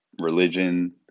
religion